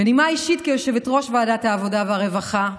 בנימה אישית, כיושבת-ראש ועדת העבודה והרווחה,